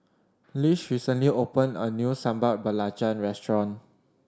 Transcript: Lish recently open a new Sambal Belacan restaurant